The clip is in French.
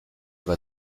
vas